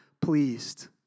pleased